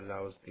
allows